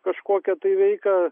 kažkokią tai veiką